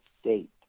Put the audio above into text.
state